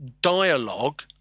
dialogue